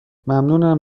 ممنونم